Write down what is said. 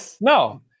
no